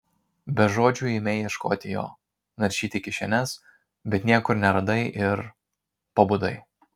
be žodžių ėmei ieškoti jo naršyti kišenes bet niekur neradai ir pabudai